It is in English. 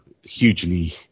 hugely